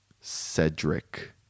Cedric